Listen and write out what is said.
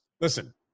Listen